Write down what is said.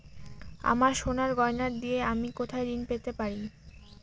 আমার সোনার গয়নার দিয়ে আমি কোথায় ঋণ পেতে পারি?